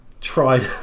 tried